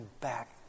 back